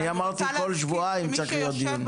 אני אמרתי, כל שבועיים צריך להיות דיון.